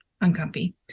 uncomfy